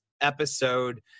episode